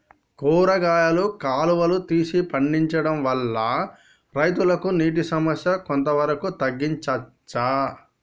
కూరగాయలు కాలువలు తీసి పండించడం వల్ల రైతులకు నీటి సమస్య కొంత వరకు తగ్గించచ్చా?